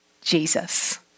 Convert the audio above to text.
Jesus